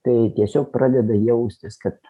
tai tiesiog pradeda jaustis kad